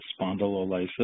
spondylolysis